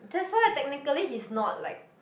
that's why technically he's not like